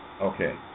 Okay